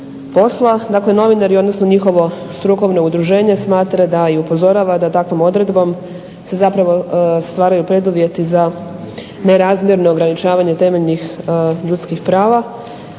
Dakle, novinari odnosno njihovo strukovno udruženje smatra i upozorava da takvom odredbom se zapravo stvaraju preduvjeti za nerazmjerno ograničavanje temeljnih ljudskih prava,